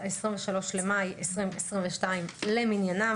ה-23 במאי 2022 למניינם.